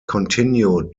continued